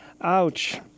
Ouch